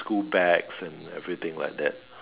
school bags and everything like that